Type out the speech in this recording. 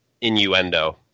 innuendo